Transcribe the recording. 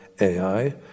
AI